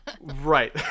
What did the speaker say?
Right